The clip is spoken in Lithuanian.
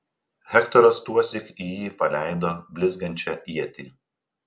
hektoras tuosyk į jį paleido blizgančią ietį